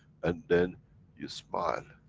and then you smile.